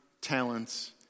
talents